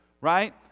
right